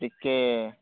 ଟିକେ